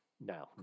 No